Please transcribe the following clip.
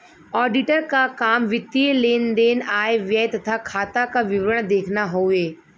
auditor क काम वित्तीय लेन देन आय व्यय तथा खाता क विवरण देखना हउवे